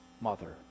Mother